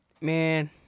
man